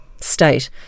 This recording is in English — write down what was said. state